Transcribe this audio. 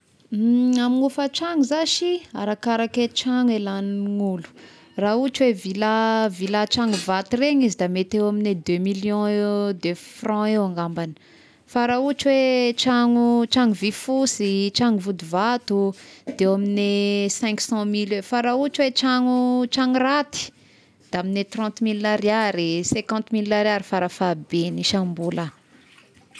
Ny amin'gny ofa-tragno zashy, arakaraky e tragno lagnin'olo raha ohatry hoe villa villa tragno vato regny izy da mety eo amin'gne deux millions eo-de franc eo ngambany, fa raha ohatry hoe tragno tragno vy fosy, tragno vody vato, de eo amin'ny cinq cent mille eo, fa raha ohatry hoe tragno tragno raty da amin'gne trente mille ariary, cinquante mille ariary farafabegny isam-bola.